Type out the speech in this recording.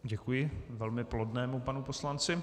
Děkuji velmi plodnému panu poslanci.